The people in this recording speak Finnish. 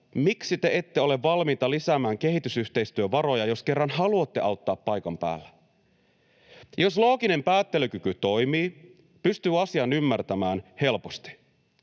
miksi te ette ole valmiita lisäämään kehitysyhteistyövaroja, jos kerran haluatte auttaa paikan päällä. Jos looginen päättelykyky toimii, pystyy asian ymmärtämään helposti.